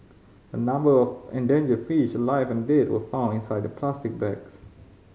a number of endangered fish alive and dead were found inside the plastic bags